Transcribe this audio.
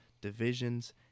divisions